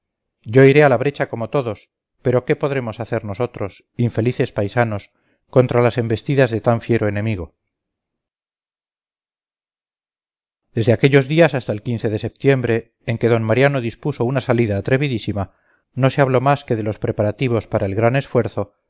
yo iré a la brecha como todos pero qué podremos hacer nosotros infelices paisanos contra las embestidas de tan fiero enemigo desde aquellos días hasta el de septiembre en que d mariano dispuso una salida atrevidísima no se habló más que de los preparativos para el gran esfuerzo